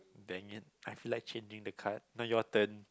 dang it I feel like changing the card now your turn